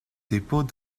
dépôt